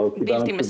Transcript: תשובה בלתי מספקת.